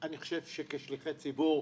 אני חושב שכשליחי ציבור,